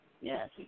Yes